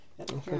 Okay